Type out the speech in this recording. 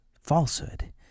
falsehood